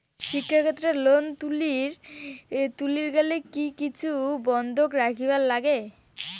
শিক্ষাক্ষেত্রে লোন তুলির গেলে কি কিছু বন্ধক রাখিবার লাগে?